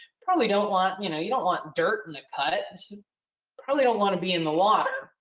probably don't want, you know, you don't want dirt in a cut and so probably don't want to be in the water.